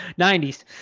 90s